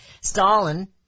Stalin